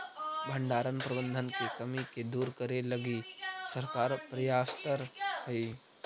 भण्डारण प्रबंधन के कमी के दूर करे लगी सरकार प्रयासतर हइ